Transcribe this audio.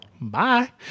bye